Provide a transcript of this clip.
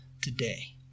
today